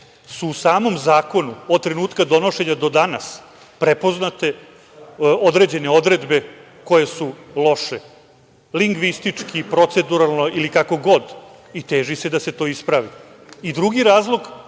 su u samom zakonu od trenutka donošenja, do danas, prepoznate određene odredbe koje su loše lingvistički, proceduralno ili kako god i teži se da se to ispravi. Drugi razlog,